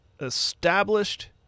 established